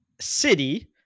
city